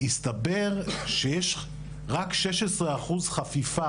הסתבר שיש רק 16 אחוז חפיפה,